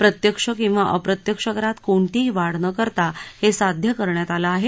प्रत्यक्ष किंवा अप्रत्यक्ष करात कोणतीही वाढ न करता हे साध्य करण्यात आलं आहे